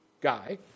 guy